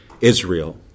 Israel